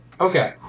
okay